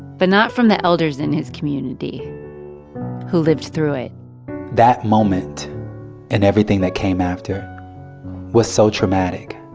but not from the elders in his community who lived through it that moment and everything that came after was so traumatic,